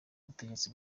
ubutegetsi